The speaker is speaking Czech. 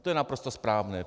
To je naprosto správné.